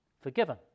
Forgiven